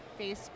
Facebook